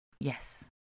Yes